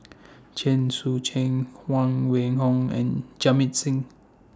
Chen Sucheng Huang Wenhong and Jamit Singh